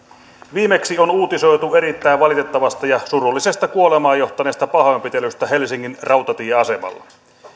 viimeksi on uutisoitu erittäin valitettavasta ja surullisesta kuolemaan johtaneesta pahoinpitelystä helsingin rautatieasemalla